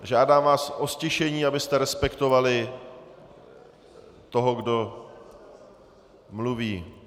Žádám vás o ztišení, abyste respektovali toho, kdo mluví.